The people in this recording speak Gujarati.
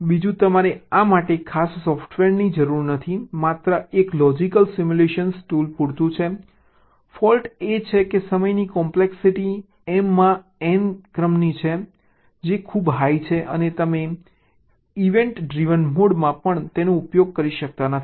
બીજું તમારે આ માટે ખાસ સોફ્ટવેરની જરૂર નથી માત્ર એક લોજિક સિમ્યુલેશન ટૂલ પૂરતું છે ફોલ્ટ એ છે કે સમયની કોમ્પ્લેક્સિટી m માં n ના ક્રમની છે જે ખૂબ હાઈ છે અને તમે ઇવેન્ટ ડ્રિવન મોડ માં પણ તેનો ઉપયોગ કરી શકતા નથી